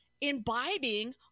imbibing